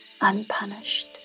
unpunished